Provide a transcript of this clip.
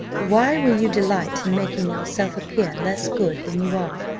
why will you delight in making yourself appear less good than you are,